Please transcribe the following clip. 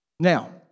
Now